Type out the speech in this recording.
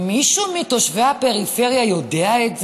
מישהו מתושבי הפריפריה יודע את זה?